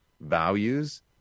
values